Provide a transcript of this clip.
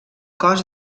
cos